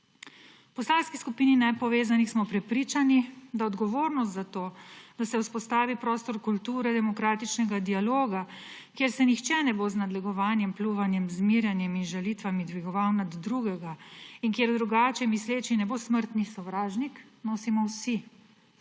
V Poslanski skupini nepovezanih poslancev smo prepričani, da odgovornost za to, da se vzpostavi prostor kulturnega in demokratičnega dialoga, kjer se nihče ne bo z nadlegovanjem, pljuvanjem, zmerjanjem in žalitvami dvigoval nad drugega in kjer drugače misleči ne bo smrtni sovražnik, nosimo vsi